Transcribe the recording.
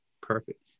perfect